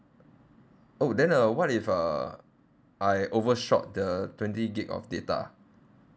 oh then uh what if uh I overshot the twenty gig of data